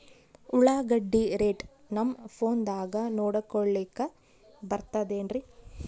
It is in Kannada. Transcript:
ಉಳ್ಳಾಗಡ್ಡಿ ರೇಟ್ ನಮ್ ಫೋನದಾಗ ನೋಡಕೊಲಿಕ ಬರತದೆನ್ರಿ?